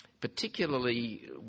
particularly